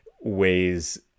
ways